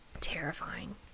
Terrifying